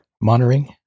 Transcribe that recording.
monitoring